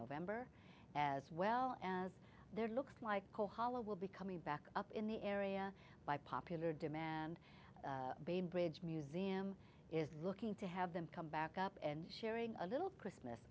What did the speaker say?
november as well as there looks like kohala will be coming back up in the area by popular demand bainbridge museum is looking to have them come back up and sharing a little christmas